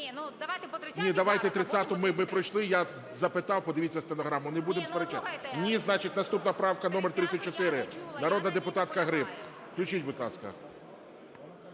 Ні, давайте 30-у ми пройшли, я запитав, подивіться стенограму, не будемо сперечатися. Ні, значить наступна правка номер 34, народна депутатка Гриб. Включіть, будь ласка.